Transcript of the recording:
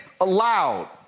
allowed